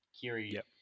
kiri